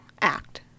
act